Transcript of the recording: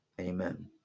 Amen